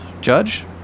Judge